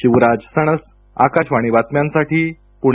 शिवराज सणस आकाशवाणी बातम्यांसाठी पूणे